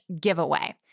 giveaway